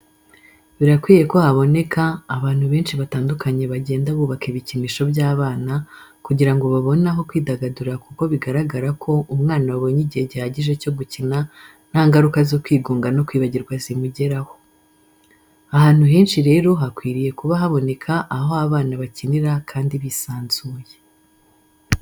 Birakwiye ko haboneka abantu benshi batandukanye bagenda bubaka ibikinisho by'abana kugira ngo babone aho kwidagadurira kuko bigaragara ko umwana wabonye igihe gihagije cyo gukina nta nvaruka zo kwigunga no kwibagirwa zimugeraho. Ahantu henshi rero hakwiriye kuba haboneka aho abana bakinira kandi bisanzuye.